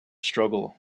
struggle